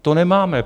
To nemáme.